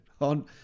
on